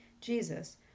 Jesus